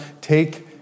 take